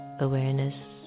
awareness